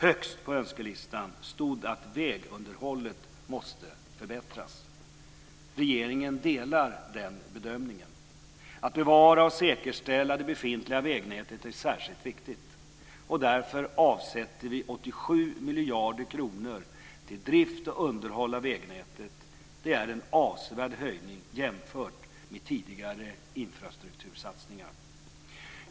Högst på önskelistan stod att vägunderhållet måste förbättras. Regeringen delar den bedömningen. Att bevara och säkerställa det befintliga vägnätet är särskilt viktigt. Därför avsätter vi 87 miljarder kronor till drift och underhåll av vägnätet. Det är en avsevärd höjning jämfört med tidigare infrastruktursatsningar.